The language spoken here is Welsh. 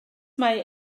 mae